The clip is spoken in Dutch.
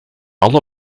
alle